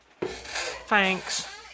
Thanks